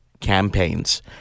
campaigns